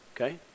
okay